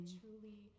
truly